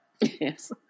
Yes